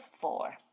four